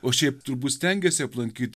o šiaip turbūt stengiesi aplankyt